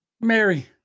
Mary